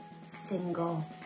single